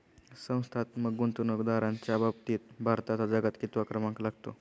संस्थात्मक गुंतवणूकदारांच्या बाबतीत भारताचा जगात कितवा क्रमांक लागतो?